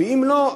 ואם לא,